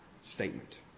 statement